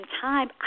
time